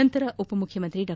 ನಂತರ ಉಪಮುಖ್ಯಮಂತ್ರಿ ಡಾ